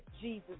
Jesus